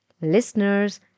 Listeners